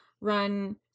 run